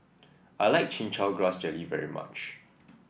I like Chin Chow Grass Jelly very much